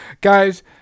Guys